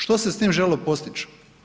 Što se s tim željelo postići?